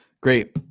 Great